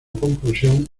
conclusión